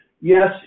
Yes